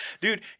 dude